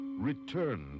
Return